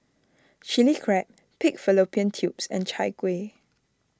Chilli Crab Pig Fallopian Tubes and Chai Kueh